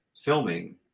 filming